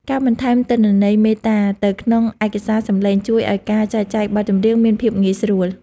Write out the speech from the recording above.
ការបន្ថែមទិន្នន័យមេតាទៅក្នុងឯកសារសំឡេងជួយឱ្យការចែកចាយបទចម្រៀងមានភាពងាយស្រួល។